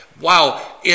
Wow